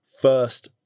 first